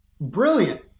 Brilliant